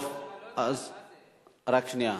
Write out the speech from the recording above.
רק שנייה.